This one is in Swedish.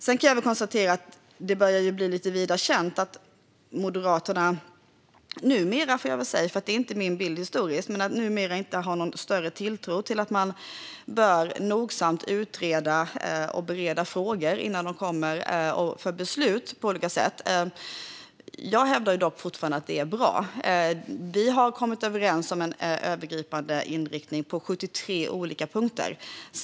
Sedan kan jag konstatera att det börjar bli vida känt att Moderaterna numera, vilket inte är min bild historiskt, inte har någon större tilltro till att man nogsamt bör utreda och bereda frågor innan de kommer till beslut. Jag hävdar dock att det fortfarande är bra. Vi har kommit överens om en övergripande inriktning på 73 olika punkter.